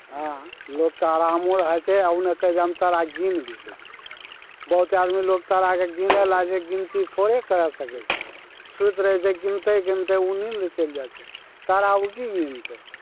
हँ लोकके आरामो रहै छै आओर ओन्ने कहै छै हम तारा गिन भी लेबै बहुते आदमी लोक ताराके गिने लागै गिनती थोड़े करि सकै छै सुति रहै छै गिनते गिनते ओ नीन्द चलि जाइ छै तारा ओ कि गिनतै